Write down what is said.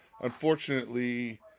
unfortunately